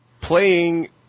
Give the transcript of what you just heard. playing